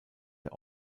der